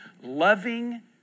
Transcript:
Loving